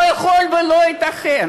לא יכול להיות ולא ייתכן,